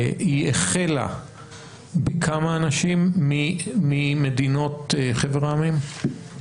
היא החלה בכמה אנשים ממדינות חבר העמים?